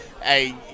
hey